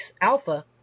alpha